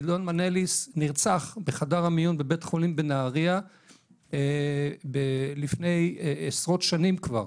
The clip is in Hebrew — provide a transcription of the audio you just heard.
גדעון מנליס נרצח בחדר המיון בבית חולים בנהריה לפני עשרות שנים כבר.